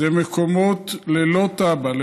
הם מקומות ללא תב"ע,